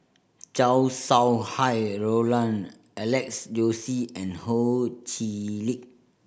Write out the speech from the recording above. Chow Sau Hai Roland Alex Josey and Ho Chee Lick